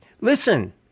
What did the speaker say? Listen